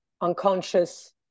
unconscious